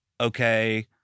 okay